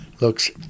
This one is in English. looks